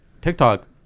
TikTok